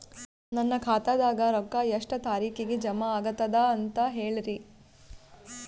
ನನ್ನ ಖಾತಾದಾಗ ರೊಕ್ಕ ಎಷ್ಟ ತಾರೀಖಿಗೆ ಜಮಾ ಆಗತದ ದ ಅಂತ ಹೇಳರಿ?